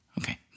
Okay